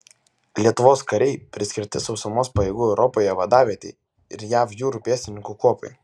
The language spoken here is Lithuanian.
lietuvos kariai priskirti sausumos pajėgų europoje vadavietei ir jav jūrų pėstininkų kuopai